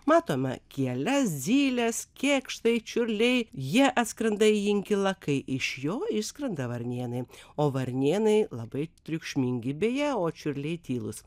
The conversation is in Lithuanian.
matome kieles zyles kėkštai čiurliai jie atskrenda į inkilą kai iš jo išskrenda varnėnai o varnėnai labai triukšmingi beje o čiurliai tylūs